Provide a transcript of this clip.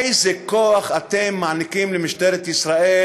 איזה כוח אתם מעניקים למשטרת ישראל,